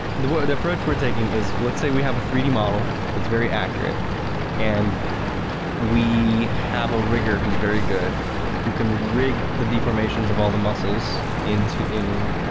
the word approach we're taking is let's say we have a three d model that's very accurate and we have a rigger who's very good who can rig the deformation of all the muscles into in,